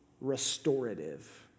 restorative